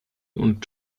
und